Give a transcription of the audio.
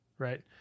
right